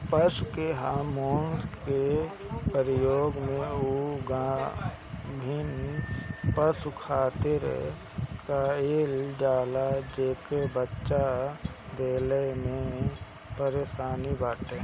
पशु के हार्मोन के प्रयोग उ गाभिन पशु खातिर कईल जाला जेके बच्चा देला में परेशानी बाटे